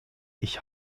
ich